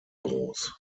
groß